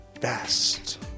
best